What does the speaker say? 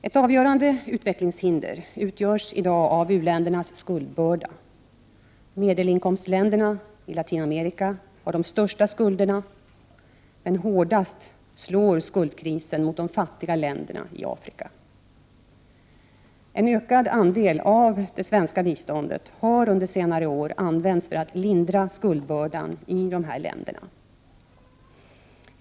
Ett avgörande utvecklingshinder utgörs i dag av u-ländernas skuldbörda. Medelinkomstländerna i Latinamerika har de största skulderna, men hårdast slår skuldkrisen mot de fattiga länderna i Afrika. En ökad andel av det svenska biståndet har under senare år använts för att lindra skuldbördan i dessa länder.